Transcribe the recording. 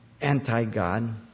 anti-God